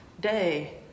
day